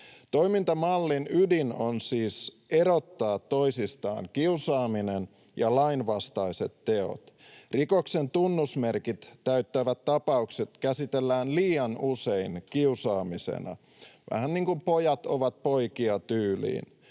Toimintamallin ydin on siis erottaa toisistaan kiusaaminen ja lainvastaiset teot. Rikoksen tunnusmerkit täyttävät tapaukset käsitellään liian usein kiusaamisena, vähän niin kuin ”pojat ovat poikia” ‑tyyliin.